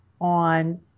on